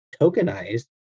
tokenized